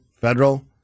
federal